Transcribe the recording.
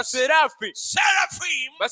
Seraphim